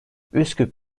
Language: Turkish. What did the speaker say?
üsküp